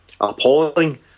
appalling